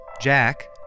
Jack